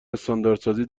استانداردسازی